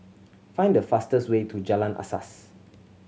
find the fastest way to Jalan Asas